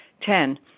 Ten